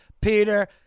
Peter